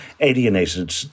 alienated